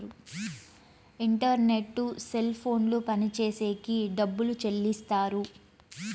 internet cell ఫోన్లు పనిచేసేకి డబ్బులు చెల్లిస్తారు